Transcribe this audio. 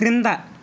క్రింద